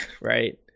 right